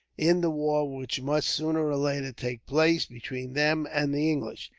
in the war which must sooner or later take place between them and the english.